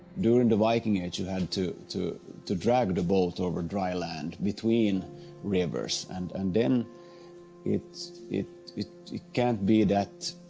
during the viking you had to, to, to drag the both over dry land between rivers. and, and then it, it it can't be that